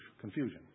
Confusion